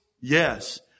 yes